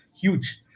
huge